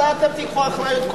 מתי אתם תיקחו אחריות?